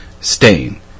Stain